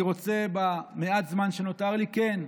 אני רוצה, במעט הזמן שנותר לי, כן,